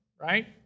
right